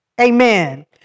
Amen